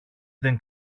δεν